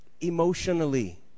emotionally